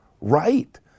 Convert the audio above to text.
right